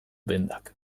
dendak